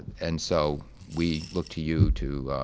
and so we look to you to